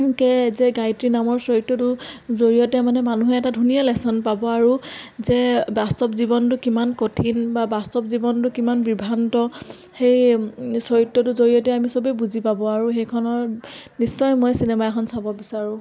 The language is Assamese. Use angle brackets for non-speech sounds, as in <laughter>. <unintelligible> যে গায়িত্ৰী নামৰ চৰিত্ৰটোৰ জৰিয়তে মানে মানুহে এটা ধুনীয়া লেচন পাব আৰু যে বাস্তৱ জীৱনটো কিমান কঠিন বা বাস্তৱ জীৱনটো কিমান বিভ্ৰান্ত সেই চৰিত্ৰটোৰ জৰিয়তে আমি চবেই বুজি পাব আৰু সেইখনৰ নিশ্চয় মই চিনেমা এখন চাব বিচাৰোঁ